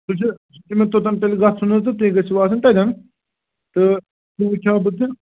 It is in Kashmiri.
سُہ چھُ سُہ چھُ مےٚ توٚتَن تیٚلہِ گَژھُن حظ تہٕ تُہۍ گٔژھِو آسٕنۍ تَتٮ۪ن تہٕ سُہ وُچھہا بہٕ تہٕ